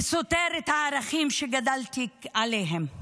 וסותר את הערכים שגדלתי עליהם.